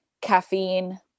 caffeine